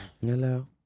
Hello